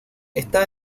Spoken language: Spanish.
está